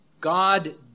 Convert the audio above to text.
God